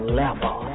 level